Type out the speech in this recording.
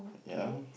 ya